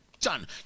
Done